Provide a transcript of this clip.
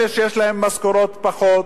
אלה שיש להם משכורות פחותות,